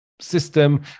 system